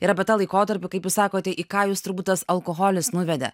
ir apie tą laikotarpį kaip jūs sakote į ką jūs turbūt tas alkoholis nuvedė